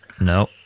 No